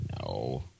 No